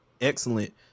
excellent